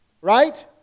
right